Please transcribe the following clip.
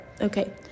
okay